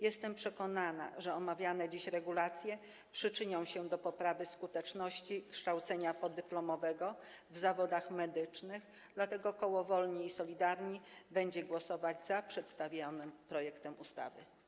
Jestem przekonana, że omawiane dziś regulacje przyczynią się do poprawy skuteczności kształcenia podyplomowego w zawodach medycznych, dlatego koło Wolni i Solidarni będzie głosować za przedstawionym projektem ustawy.